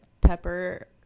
Pepper